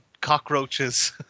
cockroaches